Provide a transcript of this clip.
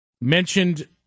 mentioned